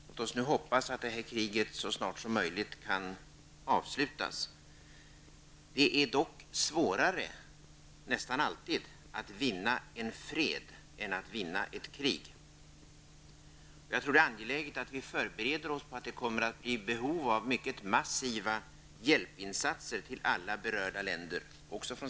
Låt oss nu hoppas att detta krig så snart som möjligt kan avslutas. Det är dock nästan alltid svårare att vinna en fred än att vinna ett krig. Det är angeläget att vi även från svensk sida förbereder oss på att det kommer att finnas behov av mycket massiva hjälpinsatser till alla berörda länder.